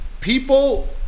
People